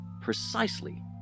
precisely